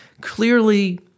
clearly